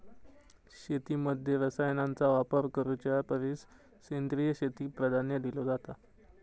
शेतीमध्ये रसायनांचा वापर करुच्या परिस सेंद्रिय शेतीक प्राधान्य दिलो जाता